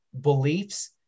beliefs